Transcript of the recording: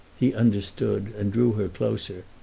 he understood, and drew her closer,